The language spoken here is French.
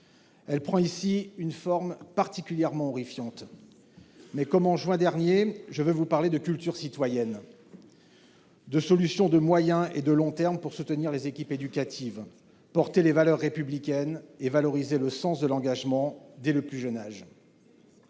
prend ici une forme particulièrement horrifiante. Toutefois, comme en juin dernier, je veux vous parler de culture citoyenne et de solutions de moyen et de long terme pour soutenir les équipes éducatives, porter les valeurs républicaines et valoriser le sens de l’engagement dès le plus jeune âge.